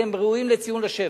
אתם ראויים לציון לשבח.